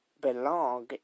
belong